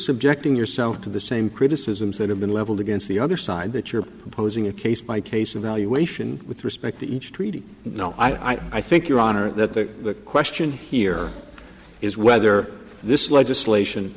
subjecting yourself to the same criticisms that have been leveled against the other side that you're proposing a case by case evaluation with respect to each treaty no i think your honor that the question here is whether this legislation